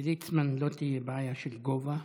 לליצמן לא תהיה בעיה של גובה.